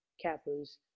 cappers